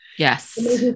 Yes